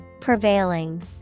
Prevailing